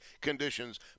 conditions